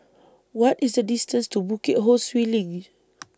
What IS The distance to Bukit Ho Swee LINK